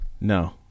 No